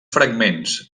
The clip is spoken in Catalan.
fragments